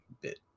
bit